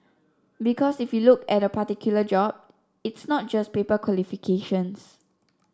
because if you look at a particular job it's not just paper qualifications